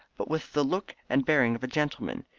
but with the look and bearing of a gentleman.